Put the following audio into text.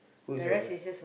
who is your best